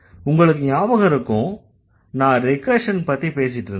உங்களுக்கு ஞாபகம் இருக்கும் நான் ரிகர்ஷன் பத்தி பேசிட்டிருந்தேன்